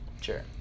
Sure